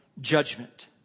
judgment